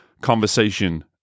conversation